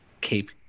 keep